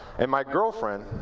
and my girlfriend,